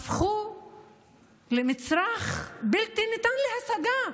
הפכו למצרכים בלתי ניתנים להשגה.